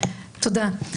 תודה.